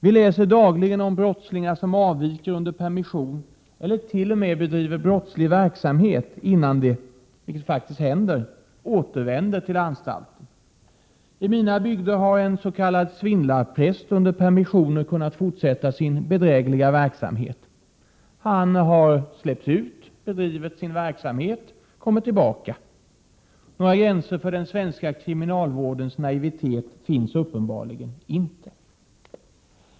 Vi läser dagligen om brottslingar som avviker under permission eller t.o.m. bedriver brottslig verksamhet innan de - vilket faktiskt händer — återvänder till anstalten. I mina bygder har en s.k. svindlarpräst under permissioner kunnat fortsätta sin bedrägliga verksamhet. Han släpptes ut, bedrev sin verksamhet och kom tillbaka. Några gränser för den svenska kriminalvårdens naivitet finns uppenbarligen inte.